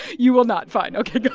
you will not. fine. ok, go